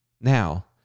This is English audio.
Now